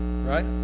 right